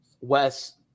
West